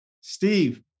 Steve